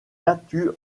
battu